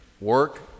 work